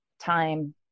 time